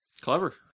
Clever